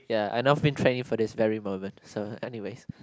ya I've not been training for this very moment so anyways